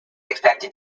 expected